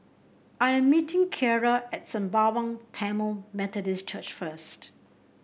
I am meeting Kiarra at Sembawang Tamil Methodist Church first